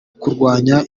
kurwanya